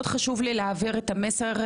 מאוד חשוב לי להעביר את המסר,